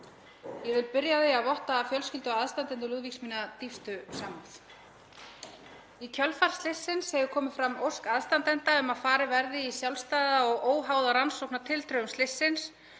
Ég vil byrja á því að votta fjölskyldu og aðstandendum Lúðvíks mína dýpstu samúð. Í kjölfar slyssins hefur komið fram ósk aðstandenda um að farið verði í sjálfstæða og óháða rannsókn á tildrögum slyssins